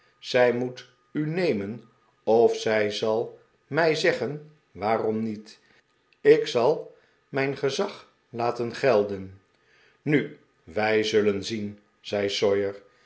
zij moet u nemen of zij zal mij zeggen waarom niet ik zal mijn gezag laten gelden nu wij zullen zien